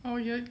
oh you all